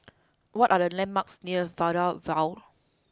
what are the landmarks near Maida Vale